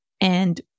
And-